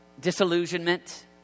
disillusionment